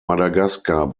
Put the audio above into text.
madagaskar